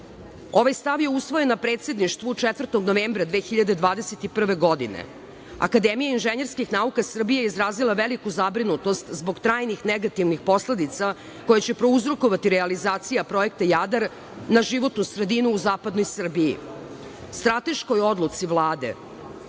Ovaj stav je usvojen na predsedništvu 4. novembra 2021. godine. Akademija inženjerskih nauka Srbije izrazila je veliku zabrinutost zbog trajnih negativnih posledica koje će prouzrokovati realizacija projekta „Jadar“ na životnu sredinu u zapadnoj Srbiji. Strateškoj odluci Vlade